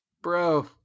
Bro